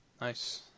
nice